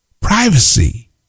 privacy